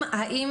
האם